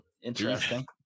interesting